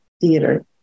theater